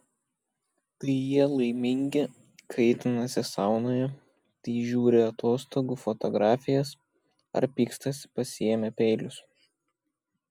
tai jie laimingi kaitinasi saunoje tai žiūri atostogų fotografijas ar pykstasi pasiėmę peilius